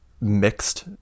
mixed